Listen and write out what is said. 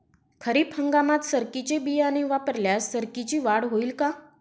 खरीप हंगामात सरकीचे बियाणे वापरल्यास सरकीची वाढ होईल का?